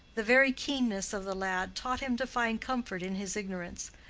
the very keenness of the lad taught him to find comfort in his ignorance.